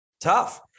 tough